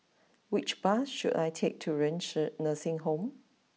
which bus should I take to Renci Nursing Home